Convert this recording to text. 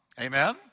Amen